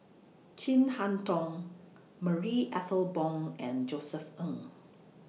Chin Harn Tong Marie Ethel Bong and Josef Ng